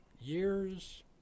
years